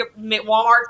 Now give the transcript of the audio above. Walmart